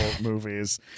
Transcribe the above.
movies